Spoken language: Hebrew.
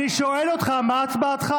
אני שואל אותך מה הצבעתך.